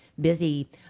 busy